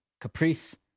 Caprice